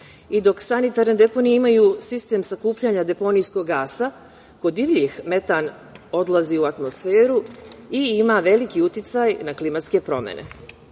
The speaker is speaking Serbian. Dok sanitarne deponije ima sistem sakupljanja deponijskog gasa, kod divljih metan odlazi u atmosferu i ima veliki uticaj na klimatske promene.